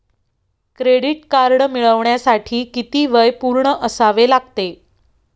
Credit card मिळवण्यासाठी किती वय पूर्ण असावे लागते?